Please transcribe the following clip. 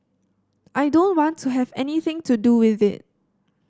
I don't want to have anything to do with it